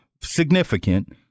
significant